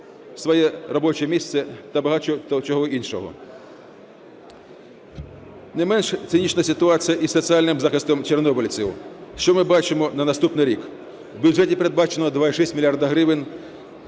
Не менш цинічна ситуація із соціальним захистом чорнобильців. Що ми бачимо на наступний рік? В бюджеті передбачено 2,6 мільярда